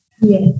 Yes